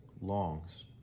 longs